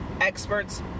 experts